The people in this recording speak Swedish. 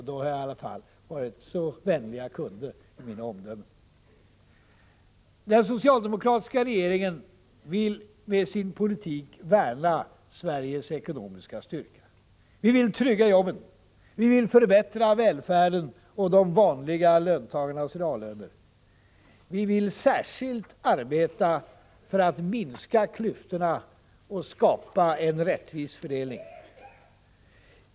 Då har jag i alla fall varit så vänlig jag kunnat i mina omdömen. Den socialdemokratiska regeringen vill med sin politik värna Sveriges ekonomiska styrka. Vi vill trygga jobben. Vi vill förbättra välfärden och de vanliga löntagarnas reallöner. Vi vill särskilt arbeta för att minska klyftorna och skapa en rättvis fördelning.